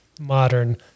modern